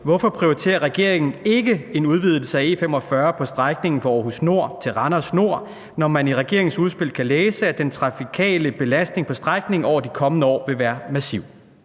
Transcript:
Hvorfor prioriterer regeringen ikke en udvidelse af E45 på strækningen fra Aarhus N til Randers N, når man i regeringens udspil kan læse, at den trafikale belastning på strækningen over de kommende år vil være massiv?